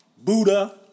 Buddha